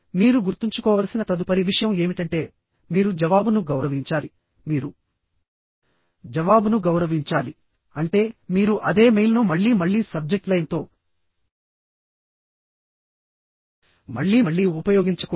మీరు గుర్తుంచుకోవలసిన తదుపరి విషయం ఏమిటంటే మీరు జవాబును గౌరవించాలి మీరు జవాబును గౌరవించాలి అంటే మీరు అదే మెయిల్ను మళ్లీ మళ్లీ సబ్జెక్ట్ లైన్తో మళ్లీ మళ్లీ ఉపయోగించకూడదు